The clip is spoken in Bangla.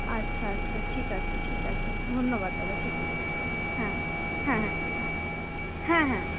আচ্ছা আচ্ছা ঠিক আছে ঠিক আছে ধন্যবাদ দাদা ঠিক আছে হ্যাঁ হ্যাঁ হ্যাঁ ঠিক আছে হ্যাঁ হ্যাঁ